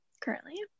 currently